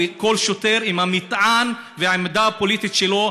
כל שוטר עם המטען והעמדה הפוליטית שלו.